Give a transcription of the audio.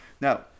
Now